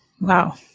Wow